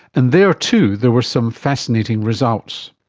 and there too there was some fascinating results.